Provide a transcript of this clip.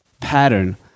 pattern